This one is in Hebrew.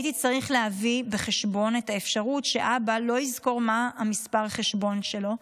הייתי צריך להביא בחשבון את האפשרות שאבא לא יזכור מה המספר חשבון שלו,